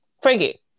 Frankie